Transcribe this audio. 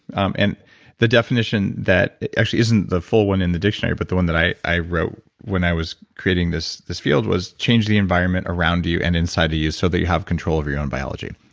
um and the definition, that actually isn't the full one in the dictionary, but the one that i i wrote when i was creating this this field was, change the environment around you and inside of you so that you have control over your own biology,